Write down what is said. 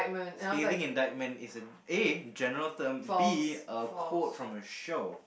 scaving indigment it's a A general term B a code from a show